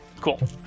cool